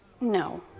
no